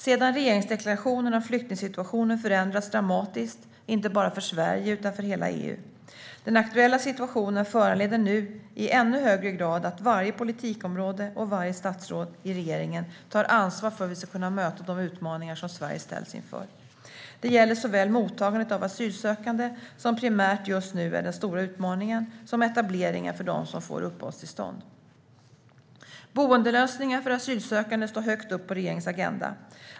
Sedan regeringsdeklarationen har flyktingsituationen förändrats dramatiskt, inte bara för Sverige utan för hela EU. Den aktuella situationen föranleder nu i ännu högre grad att varje politikområde och varje statsråd i regeringen tar ansvar för att vi ska kunna möta de utmaningar som Sverige ställs inför. Det gäller såväl mottagandet av asylsökande, vilket just nu primärt är den stora utmaningen, som etableringen för dem som får uppehållstillstånd. Boendelösningar för asylsökande står högt upp på regeringens agenda.